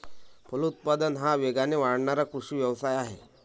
फलोत्पादन हा वेगाने वाढणारा कृषी व्यवसाय आहे